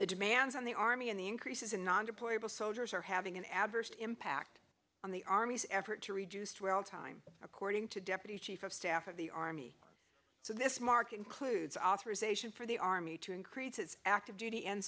the demands on the army and the increases in non deployable soldiers are having an adverse impact on the army's effort to reduce dwell time according to deputy chief of staff of the army so this mark includes authorization for the army to increase its active duty end